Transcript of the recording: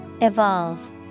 Evolve